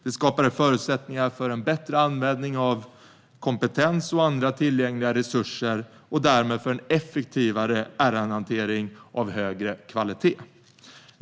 Det skapade förutsättningar för en bättre användning av kompetens och andra tillgängliga resurser och därmed för en effektivare ärendehantering av högre kvalitet.